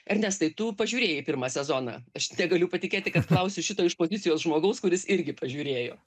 ernestai tu pažiūrėjai pirmą sezoną aš negaliu patikėti kad klausiu šito iš pozicijos žmogaus kuris irgi pažiūrėjo